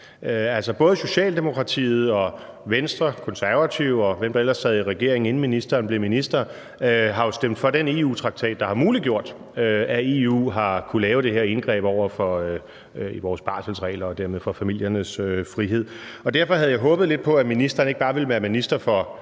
både Socialdemokratiet, Venstre, Konservative, og hvem der ellers sad i regering, inden ministeren blev minister, har jo stemt for den EU-traktat, der har muliggjort, at EU har kunnet lave det her indgreb i vores barselsregler og dermed over for familiernes frihed, og derfor havde jeg håbet lidt på, at ministeren ikke bare ville være minister for